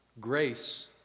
Grace